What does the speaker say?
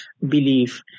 belief